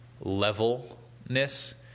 levelness